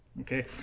Okay